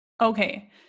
Okay